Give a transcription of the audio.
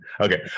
okay